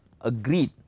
agreed